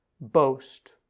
boast